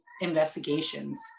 investigations